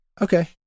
Okay